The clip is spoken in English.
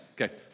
Okay